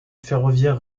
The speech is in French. ferroviaire